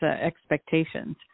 expectations